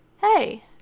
hey